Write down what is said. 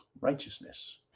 righteousness